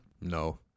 No